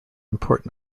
important